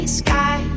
sky